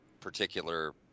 particular